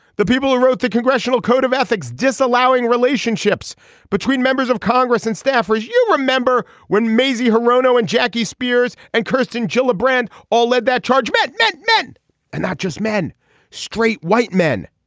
the people who wrote the congressional code of ethics disallowing relationships between members of congress and staffers you remember when mazie hirono and jackie spears and kirsten gillibrand all led that charge mad men men and not just men straight white men